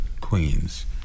queens